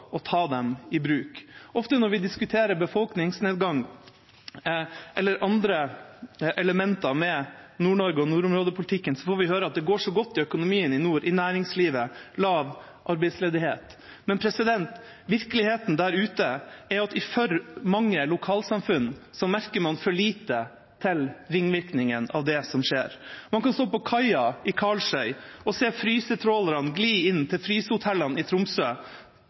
kan ta dem i bruk. Når vi diskuterer befolkningsnedgang eller andre elementer av Nord-Norge og nordområdepolitikken, får vi ofte høre at det går så godt i økonomien i nord, i næringslivet, og det er lav arbeidsledighet. Men virkeligheten er at man i for mange lokalsamfunn merker for lite til ringvirkningene av det som skjer. Man kan stå på kaia i Karlsøy og se frysetrålerne gli inn til frysehotellene i Tromsø,